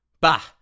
Bah